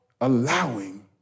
allowing